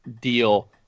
deal